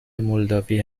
مولداوی